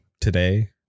today